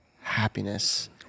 Happiness